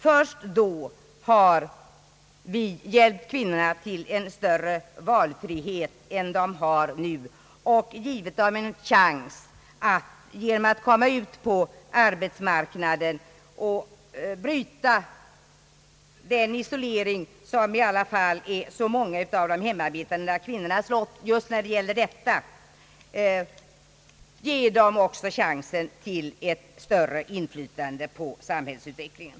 Först då har vi hjälpt kvinnorna till en större valfrihet än de har nu och givit dem en chans att genom att komma ut på arbetsmarknaden bryta den isolering som är många av de hemarbetande kvinnornas lott. Det är angeläget bl.a. för att ge också dem chans till ett större inflytande på samhällsutvecklingen.